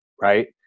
right